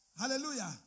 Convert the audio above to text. Hallelujah